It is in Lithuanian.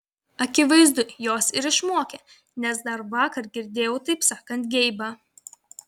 akivaizdu jos ir išmokė nes dar vakar girdėjau taip sakant geibą